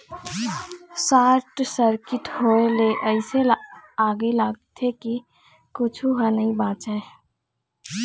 short circuit होए ले अइसे आगी लगथे के कुछू ह नइ बाचय